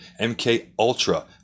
MKUltra